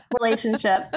relationship